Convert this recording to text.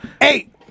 Eight